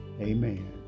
Amen